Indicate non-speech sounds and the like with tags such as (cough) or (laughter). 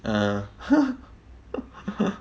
uh (laughs)